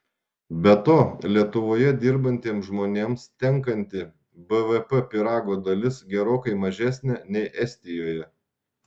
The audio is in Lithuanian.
be to lietuvoje dirbantiems žmonėms tenkanti bvp pyrago dalis gerokai mažesnė nei estijoje